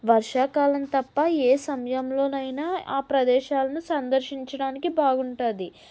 వర్షాకాలం తప్ప ఏ సమయంలోనైనా ఆ ప్రదేశాలను సందర్శించడానికి బాగుంటుంది